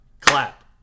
clap